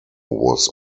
was